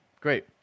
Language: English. great